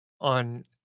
on